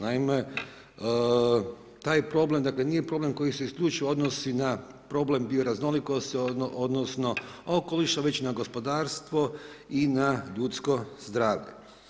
Naime, taj problem, dakle nije problem koji se isključivo odnosi na problem bioraznolikosti, odnosno okoliša već na gospodarstvo i na ljudsko zdravlje.